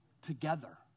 together